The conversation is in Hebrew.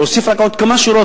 אוסיף רק עוד כמה שורות.